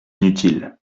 inutile